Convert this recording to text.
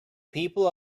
people